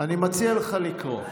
אני מציע לך לקרוא.